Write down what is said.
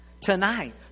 tonight